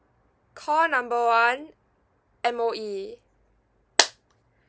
call number one M_O_E